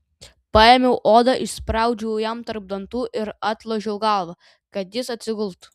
paėmiau odą įspraudžiau jam tarp dantų ir atlošiau galvą kad jis atsigultų